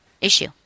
issue